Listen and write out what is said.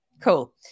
Cool